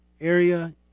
area